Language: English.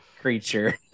creature